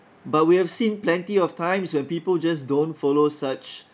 but we have seen plenty of times where people just don't follow such